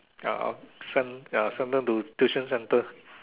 ya I'll send ya send them to tuition centre